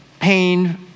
pain